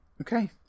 Okay